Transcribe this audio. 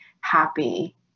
happy